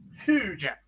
Huge